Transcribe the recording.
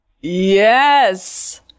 Yes